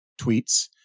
tweets